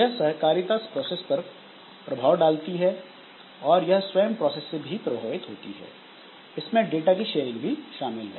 यह सहकारिता प्रोसेस पर प्रभाव डालती है और यह स्वयं प्रोसेस से प्रभावित भी होती है जिसमें डेटा की शेयरिंग भी शामिल है